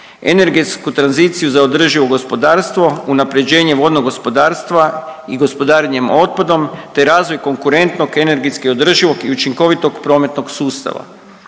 Energetsku tranziciju za održivo gospodarstvo, unapređenje vodnog gospodarstva i gospodarenje otpadom te razvoj konkurentnog energetski održivog i učinkovitog prometnog sustava.